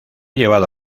llevado